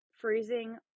freezing